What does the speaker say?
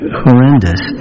horrendous